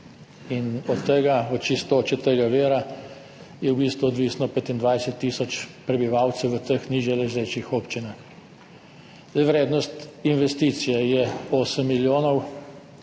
In od tega, od čistoče tega vira, je v bistvu odvisnih 25 tisoč prebivalcev v teh nižje ležečih občinah. Vrednost investicije je 8 milijonov